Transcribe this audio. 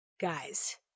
Guys